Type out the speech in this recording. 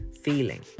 feeling